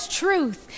truth